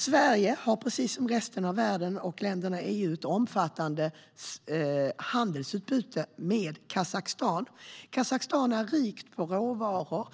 Sverige har, precis som resten av världen och länderna i EU, ett omfattande handelsutbyte med Kazakstan. Kazakstan är rikt på råvaror och